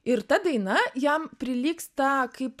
ir ta daina jam prilygsta kaip